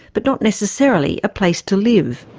but not necessarily a place to live.